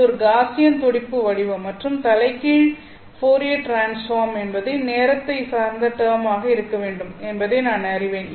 இது ஒரு காஸியன் துடிப்பு வடிவம் மற்றும் தலைகீழ் ஃபோரியர் டிரான்ஸ்பார்ம் என்பது நேரத்தை சார்ந்த டெர்மாக இருக்க வேண்டும் என்பதை நான் அறிவேன்